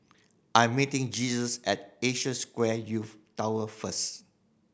I'm meeting Jesus at Asia Square Youth Tower first